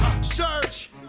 Search